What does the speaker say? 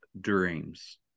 dreams